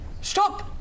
stop